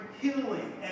healing